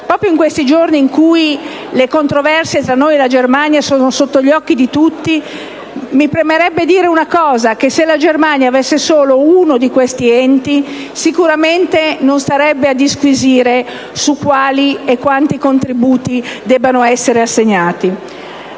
Proprio in questi giorni in cui le controversie tra noi e la Germania sono sotto gli occhi di tutti, mi premerebbe dire una cosa: se la Germania avesse solo uno di questi enti, sicuramente non starebbe a disquisire su quali e quanti contributi debbano essere assegnati.